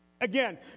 Again